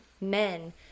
men